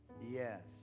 Yes